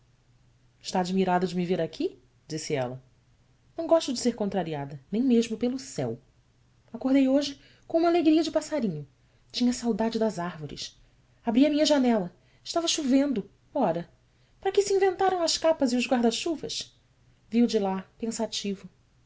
está admirado de me ver aqui disse ela ão gosto de ser contrariada nem mesmo pelo céu acordei hoje com uma alegria de passarinho tinha saudade das árvores abri a minha janela estava chovendo ora para que se inventaram as capas e os guarda chuvas vi-o de lá pensativo